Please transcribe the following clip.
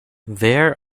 there